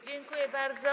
Dziękuję bardzo.